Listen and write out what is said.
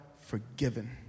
forgiven